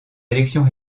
élections